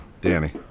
Danny